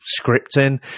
scripting